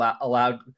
allowed